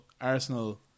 Arsenal